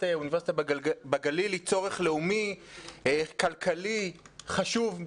אוניברסיטה בגליל היא צורך לאומי כלכלי חשוב.